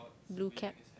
blue cap